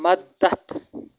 مدتھ